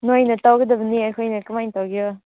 ꯅꯣꯏꯅ ꯇꯧꯒꯗꯕꯅꯤ ꯑꯩꯈꯣꯏꯅ ꯀꯃꯥꯏꯅ ꯇꯧꯒꯦꯔ